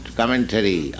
commentary